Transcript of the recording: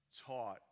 taught